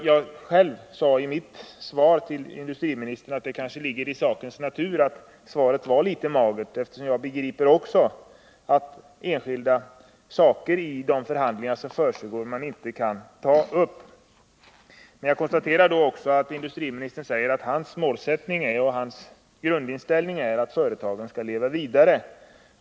Som jag sade i mitt förra inlägg ligger det kanske i sakens natur att svaret blev litet magert, och jag har förståelse för att man inte här kan ta upp en diskussion om enskilda frågor i de förhandlingar som pågår. Men jag konstaterar samtidigt att industriministern sade att hans målsättning och grundinställning är att företaget skall leva vidare.